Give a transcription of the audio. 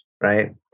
right